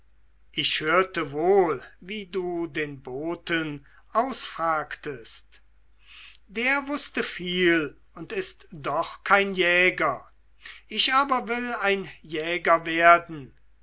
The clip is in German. ich hörte wohl wie du den boten ausfragtest der wußte viel und ist doch kein jäger ich aber will ein jäger werden